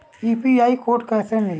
UPI code कैसे मिली?